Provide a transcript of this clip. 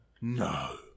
No